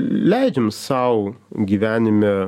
leidžiam sau gyvenime